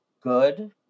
good